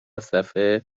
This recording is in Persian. صفحه